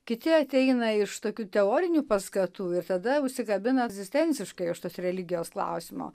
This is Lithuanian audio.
kiti ateina iš tokių teorinių paskatų ir tada užsikabina egzistenciškai už tos religijos klausimo